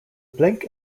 blink